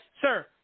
Sir